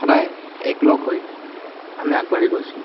সদায় একলগ হৈ আমি আগবাঢ়ি গৈছিলোঁ